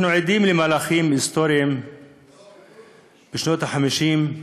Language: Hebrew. אנחנו עדים למהלכים היסטוריים בשנות ה-50,